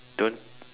don't